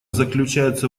заключается